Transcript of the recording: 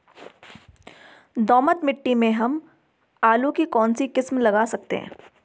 दोमट मिट्टी में हम आलू की कौन सी किस्म लगा सकते हैं?